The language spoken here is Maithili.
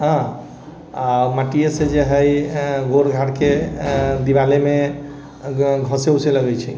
आओर हँ माटिएसँ जे हइ ओ घरके दिवालीमे घसै उसै लगै छै